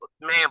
man